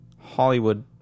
Hollywood